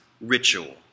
ritual